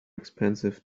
expensive